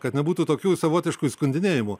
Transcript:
kad nebūtų tokių savotiškų įskundinėjimų